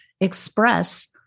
express